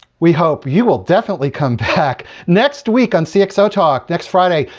we hope you will definitely come back. next week on cxotalk, next friday,